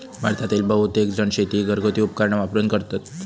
भारतातील बहुतेकजण शेती ही घरगुती उपकरणा वापरून करतत